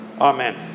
Amen